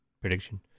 prediction